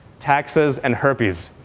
taxes, and herpes.